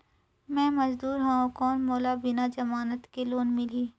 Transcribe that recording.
मे मजदूर हवं कौन मोला बिना जमानत के लोन मिलही?